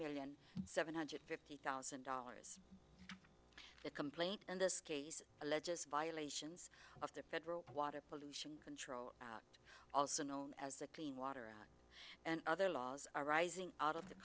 million seven hundred fifty thousand dollars the complaint in this case alleges violations of the federal water pollution control also known as the clean water and other laws arising out of the